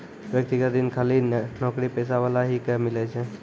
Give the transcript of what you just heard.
व्यक्तिगत ऋण खाली नौकरीपेशा वाला ही के मिलै छै?